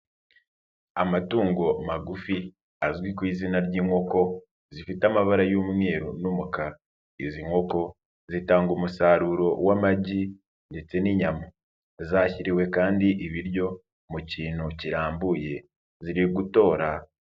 Amatungo magufi azwi ku izina ry'inkoko zifite amabara y'umweru n'umukara, izi nkoko zitanga umusaruro w'amagi ndetse n'inyama, zashyiriwe kandi ibiryo mu kintu kirambuye ziri gutora.